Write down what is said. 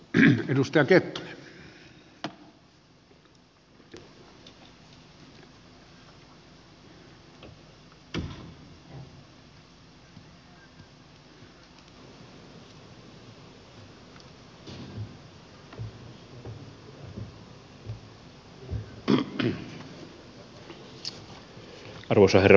arvoisa herra puhemies